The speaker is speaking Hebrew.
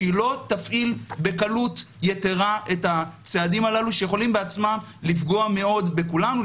שלא תפעיל בקלות יתרה את הצעדים הללו שיכולים בעצמם לפגוע מאוד בכולנו,